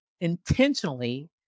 intentionally